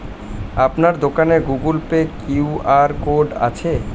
আপনার দোকানে Google Pay QR code আছে?